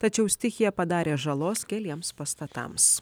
tačiau stichija padarė žalos keliems pastatams